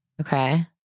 okay